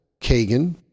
Kagan